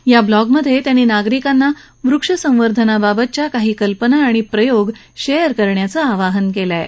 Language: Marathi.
बा ब्लॉगमधत्यिांनी नागरिकांना वृक्ष संवर्धनाबाबतच्या काही कल्पना आणि प्रयोगही शक्तर करण्याचं आवाहन कलि आह